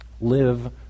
live